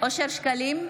אושר שקלים,